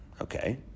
Okay